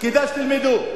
כדאי שתלמדו.